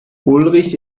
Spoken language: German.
ulrich